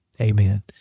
Amen